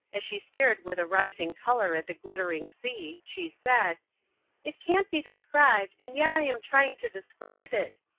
as she stared with a rising colour at the glittering sea, she said it can't be described, and yet i am trying to describe it.